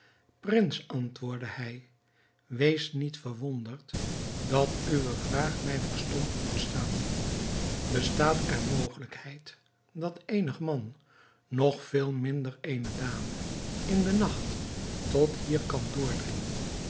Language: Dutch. prins antwoordde hij wees niet verwonderd dat uwe vraag mij verstomd doet staan bestaat er mogelijkheid dat eenig man nog veel minder eene dame in den nacht tot hier kan doordringen